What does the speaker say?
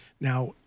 Now